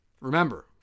remember